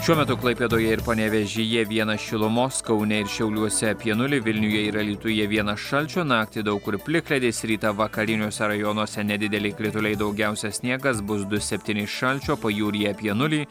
šiuo metu klaipėdoje ir panevėžyje vienas šilumos kaune ir šiauliuose apie nulį vilniuje ir alytuje vienas šalčio naktį daug kur plikledis rytą vakariniuose rajonuose nedideli krituliai daugiausia sniegas bus du septyni šalčio pajūryje apie nulį